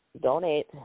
donate